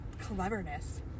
cleverness